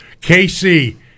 KC